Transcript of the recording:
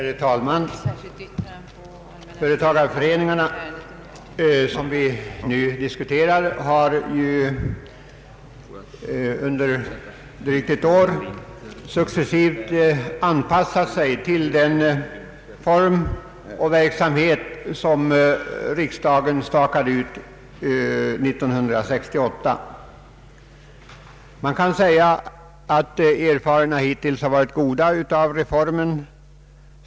Herr talman! Företagareföreningarna, som vi nu diskuterar, har ju under drygt ett år successivt anpassat sig till den form av verksamhet som riksdagen stakade ut 1968. Det sägs att erfarenheterna av reformen hittills har varit goda.